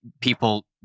people